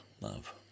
love